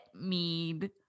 mead